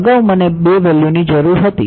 અગાઉ મને 2 વેલ્યૂની જરૂર હતી